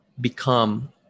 become